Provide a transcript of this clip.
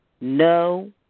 No